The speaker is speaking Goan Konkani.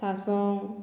सासव